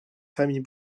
famille